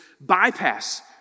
bypass